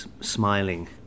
smiling